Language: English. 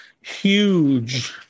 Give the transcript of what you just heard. Huge